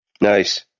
Nice